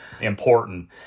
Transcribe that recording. important